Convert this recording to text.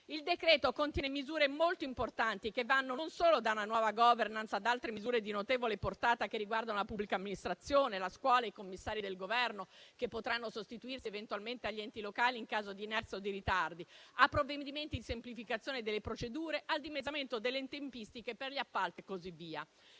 Il decreto-legge contiene misure molto importanti, che vanno da una nuova *governance* ad altre misure di notevole portata, che riguardano la pubblica amministrazione, la scuola, i commissari del Governo che potranno sostituirsi eventualmente agli enti locali in caso di inerzia o di ritardi, ai provvedimenti di semplificazione delle procedure, al dimezzamento delle tempistiche per gli appalti e così via.